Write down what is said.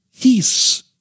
peace